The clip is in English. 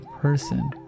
person